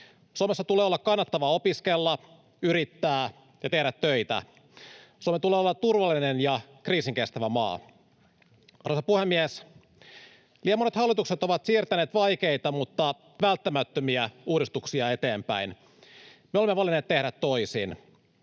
Suomessa tulee olla kannattavaa opiskella, yrittää ja tehdä töitä. Suomen tulee olla turvallinen ja kriisinkestävä maa. Arvoisa puhemies! Liian monet hallitukset ovat siirtäneet vaikeita mutta välttämättömiä uudistuksia eteenpäin. Me olemme valinneet tehdä toisin.